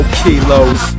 kilos